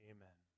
Amen